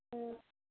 ہاں